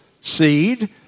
seed